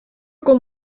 kon